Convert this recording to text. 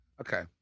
Okay